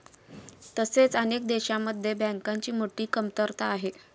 तसेच अनेक देशांमध्ये बँकांची मोठी कमतरता आहे